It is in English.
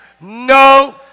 No